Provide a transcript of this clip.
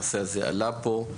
הנושא הזה עלה פה,